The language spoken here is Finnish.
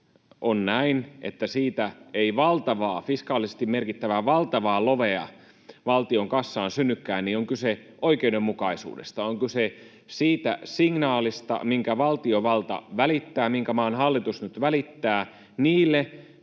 on näin, että siitä ei fiskaalisesti merkittävää, valtavaa lovea valtion kassaan synnykään, niin on kyse oikeudenmukaisuudesta. On kyse siitä signaalista, minkä maan hallitus nyt välittää niille